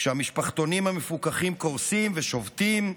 כשהמשפחתונים המפוקחים קורסים ושובתים,